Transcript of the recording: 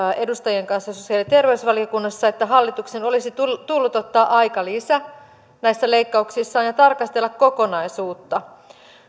edustajien kanssa sosiaali ja terveysvaliokunnassa että hallituksen olisi tullut tullut ottaa aikalisä näissä leikkauksissaan ja tarkastella kokonaisuutta